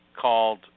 called